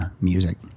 music